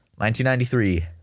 1993